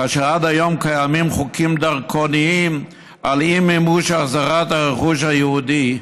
כאשר עד היום קיימים חוקים דרקוניים על אי-מימוש החזרת הרכוש היהודי,